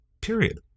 Period